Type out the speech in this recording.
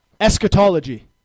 eschatology